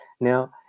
Now